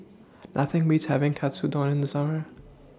Nothing Beats having Katsudon in The Summer